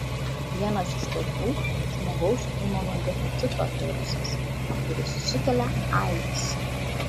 vienas iš tokių žmogaus imunodeficito virusas kuris sukelia aids